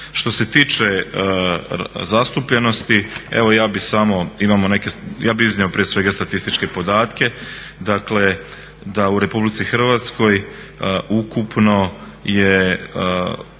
Što se tiče zastupljenosti, evo ja bi iznio prije svega statističke podatke. Dakle u RH ukupno je